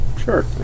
sure